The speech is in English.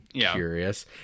curious